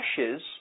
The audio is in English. ashes